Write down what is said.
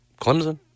Clemson